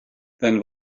then